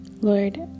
Lord